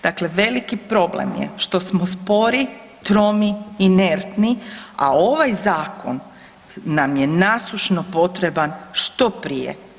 Dakle, veliki problem je što smo spori, tromi, inertni, a ovaj zakon nam je nasušno potreban što prije.